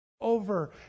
over